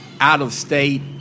out-of-state